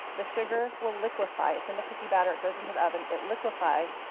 the sugar will liquefy. it's in the cookie batter, it goes into the oven, it liquefies,